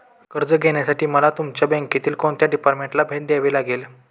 कर्ज घेण्यासाठी मला तुमच्या बँकेतील कोणत्या डिपार्टमेंटला भेट द्यावी लागेल?